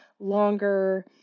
longer